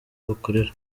abakorera